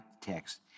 text